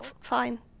fine